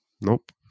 Nope